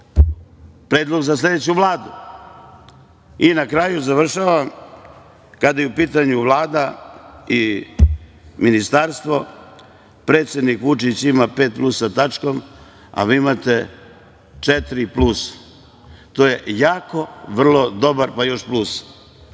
predlog za sledeću Vladu. Na kraju, završavam, kada je u pitanju Vlada i ministarstvo, predsednik Vučić ima pet plus sa tačkom, a vi imate četiri plus. To je jako vrlo dobar, pa još plus.